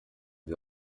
wir